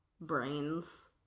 brains